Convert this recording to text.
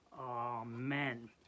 Amen